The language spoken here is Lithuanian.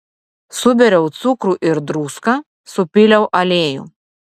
subėriau cukrų ir druską supyliau aliejų